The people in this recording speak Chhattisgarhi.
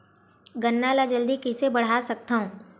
गन्ना ल जल्दी कइसे बढ़ा सकत हव?